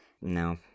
No